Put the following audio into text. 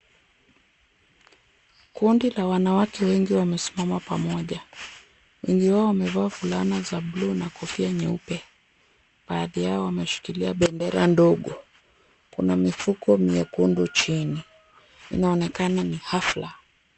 Kundi la wanawake wengi wamesimama pamoja. Wengi wao wamevaa fulana za bluu na kofia nyeupe, baadhi yao wameshikilia bendera ndogo. Kuna mifuko miekundu chini, inaonekana ni hafla.